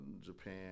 Japan